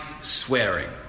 swearing